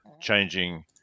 changing